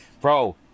bro